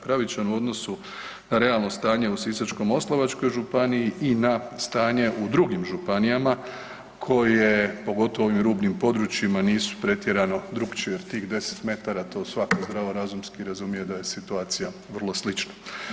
Pravičan u odnosu na realno stanje u Sisačko-moslavačkoj županiji i na stanje u drugim županijama koje pogotovo u ovim rubnim područjima nisu pretjerano drukčije jer tih 10 metara to svako razumski razumije da je situacija vrlo slična.